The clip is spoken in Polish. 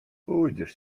pójdziesz